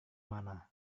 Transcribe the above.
mana